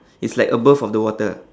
it's like above of the water